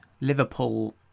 Liverpool